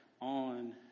on